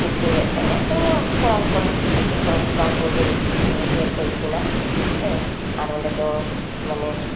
ᱤᱥᱤᱱᱮᱫ ᱛᱟᱦᱮᱫ ᱮᱢᱱᱤ ᱠᱚᱲᱟ ᱦᱚᱯᱚᱱ ᱟᱨᱠᱤ ᱠᱚᱲᱟ ᱦᱚᱯᱚᱱ ᱜᱮ ᱵᱤᱥᱤ ᱰᱷᱮᱨ ᱠᱚ ᱤᱥᱤᱱᱟ ᱦᱮᱸ ᱟᱨ ᱚᱸᱰᱮ ᱫᱚ ᱢᱟᱱᱮ